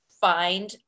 find